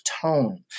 tone